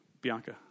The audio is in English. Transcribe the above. Bianca